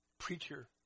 preacher